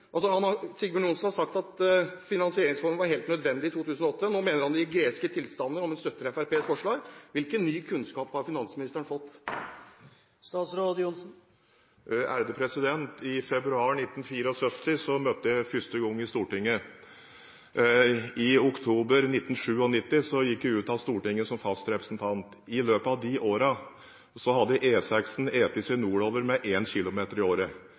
Sigbjørn Johnsen sa at finansieringsreform var helt nødvendig i 2008. Nå mener han det gir greske tilstander om man støtter Fremskrittspartiets forslag. Hvilken ny kunnskap har finansministeren fått? I februar 1974 møtte jeg første gang i Stortinget. I oktober 1997 gikk jeg ut av Stortinget som fast representant. I løpet av disse årene hadde E6-en spist seg nordover med 1 km i året.